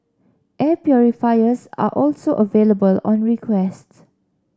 air purifiers are also available on requests